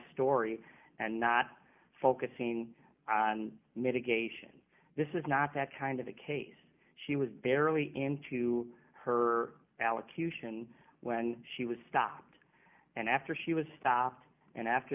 story and not focusing on mitigation this is not that kind of a case she was barely into her allocution when she was stopped and after she was staffed and after